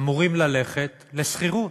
אמורים ללכת לשכירות.